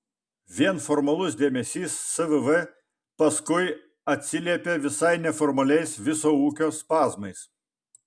vien formalus dėmesys svv paskui atsiliepia visai neformaliais viso ūkio spazmais